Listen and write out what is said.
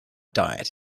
diet